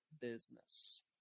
business